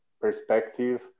perspective